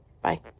Bye